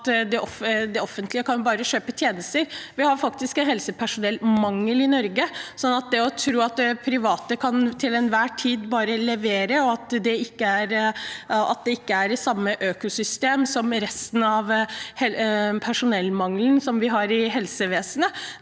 det offentlige bare kan kjøpe tjenester. Vi har faktisk helsepersonellmangel i Norge. Det å tro at private til enhver tid bare kan levere, og at de ikke er i samme økosystem som resten av personellmangelen vi har i helsevesenet